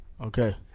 Okay